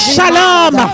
Shalom